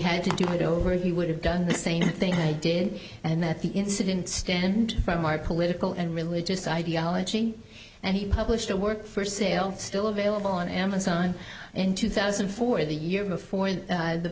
had to do it over he would have done the same thing i did and that the incident stand from our political and religious ideology and he published a work first sale still available on amazon in two thousand and four the year before